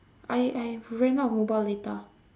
I I've ran out of mobile data